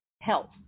health